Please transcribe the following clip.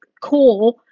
core